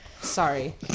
Sorry